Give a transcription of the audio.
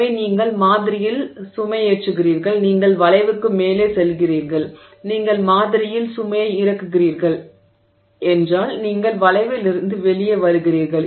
எனவே நீங்கள் மாதிரியில் சுமையேற்றுகிறீர்கள் நீங்கள் வளைவுக்கு மேலே செல்கிறீர்கள் நீங்கள் மாதிரியில் சுமையை இறக்குகிறீர்கள் என்றால் நீங்கள் வளைவிலிருந்து வெளியே வருகிறீர்கள்